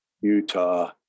Utah